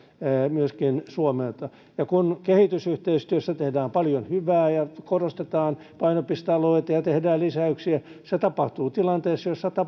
myöskin suomelta ja kun kehitysyhteistyössä tehdään paljon hyvää ja korostetaan painopistealueita ja tehdään lisäyksiä se tapahtuu tilanteessa jossa